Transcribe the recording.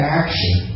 action